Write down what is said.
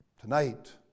Tonight